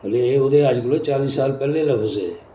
मतलब एह् ओह्दे अज्ज कोला चाली साल पैह्लें दे लफ्ज हे